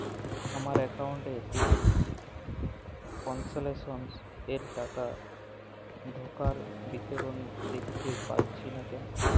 আমার একাউন্ট এ ticket cancellation এর টাকা ঢোকার বিবরণ দেখতে পাচ্ছি না কেন?